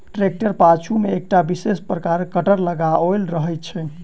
ट्रेक्टरक पाछू मे एकटा विशेष प्रकारक कटर लगाओल रहैत छै